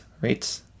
rates